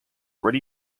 ready